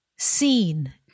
seen